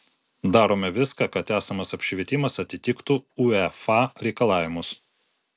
darome viską kad esamas apšvietimas atitiktų uefa reikalavimus